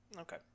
Okay